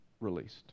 released